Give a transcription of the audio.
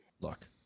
look